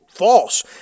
false